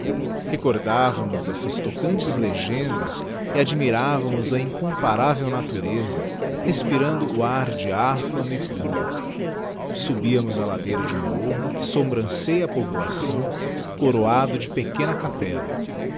rumo recordávamos essas tocantes legendas e admirávamos a incomparável natureza respirando o ar diaphano e puro subíamos a ladeira de um morro que sobrancêa a povoação coroado de pequena capella